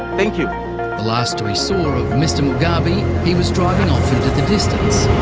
thank you. the last we saw of mr. mugabe he was driving off into the distance.